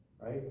right